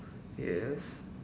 yes